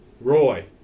Roy